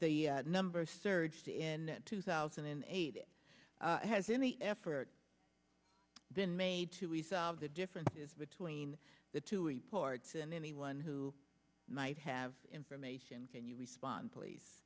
the numbers surged in two thousand and eight it has any effort been made to resolve the differences between the two reports and anyone who might have information can you respond please